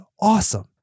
awesome